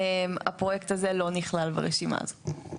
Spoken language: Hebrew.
הפרויקט הזה לא נכלל ברשימה הזאת.